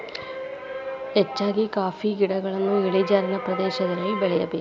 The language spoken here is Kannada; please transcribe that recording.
ಹೆಚ್ಚಾಗಿ ಕಾಫಿ ಗಿಡಗಳನ್ನಾ ಇಳಿಜಾರಿನ ಪ್ರದೇಶದಲ್ಲಿ ಬೆಳೆಯಬೇಕು